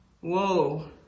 Whoa